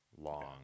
long